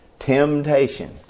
Temptation